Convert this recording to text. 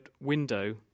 window